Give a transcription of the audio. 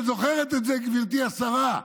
את זוכרת את זה, גברתי השרה?